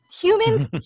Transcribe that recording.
humans